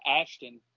Ashton